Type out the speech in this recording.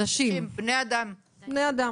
אנשים, בני אדם.